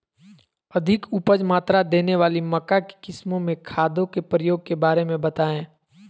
अधिक उपज मात्रा देने वाली मक्का की किस्मों में खादों के प्रयोग के बारे में बताएं?